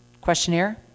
questionnaire